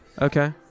Okay